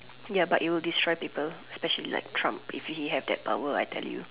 ya but it will destroy people especially like Trump if he had that power I tell you